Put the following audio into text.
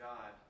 God